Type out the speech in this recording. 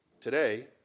Today